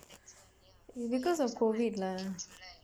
because of COVID lah